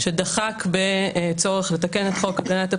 שדחק בצורך לתקן את חוק הגנת הפרטיות,